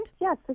Yes